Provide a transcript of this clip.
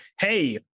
hey